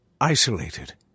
isolated